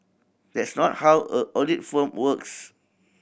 that's not how a audit firm works